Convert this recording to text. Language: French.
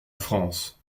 france